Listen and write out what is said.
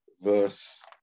verse